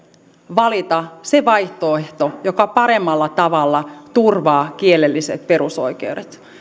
valita se vaihtoehto joka paremmalla tavalla turvaa kielelliset perusoikeudet